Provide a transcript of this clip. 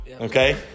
okay